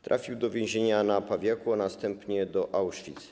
Trafił do więzienia na Pawiaku, a następnie do Auschwitz.